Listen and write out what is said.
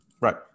right